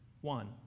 one